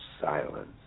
silence